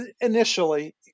initially